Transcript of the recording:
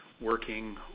working